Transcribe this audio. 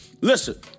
Listen